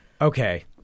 Okay